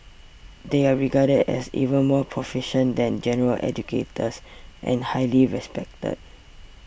they are regarded as even more proficient than general educators and highly respected